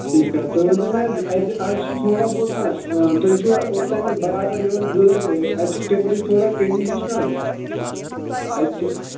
ٹھیٖک حظ تُہۍ ؤنۍ تَو مےٚ حظ اَتہِ حظ چھُ تھوڑا بہت نا تُہۍ چھُوا اوٚتامَتھ برابر یِوان گٲڑۍ اَتہِ چھِ ٹِپرٕچ تھوڑا کٔمی ہِش نہ حظ اَتہِ چھِ